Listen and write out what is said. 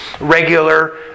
regular